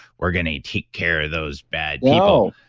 we're going a take care of those bad you know